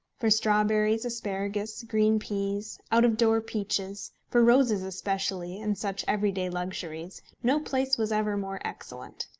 for strawberries, asparagus, green peas, out-of-door peaches, for roses especially, and such everyday luxuries, no place was ever more excellent.